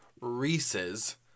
Reese's